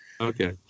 Okay